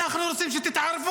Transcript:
אנחנו רוצים שתתערבו.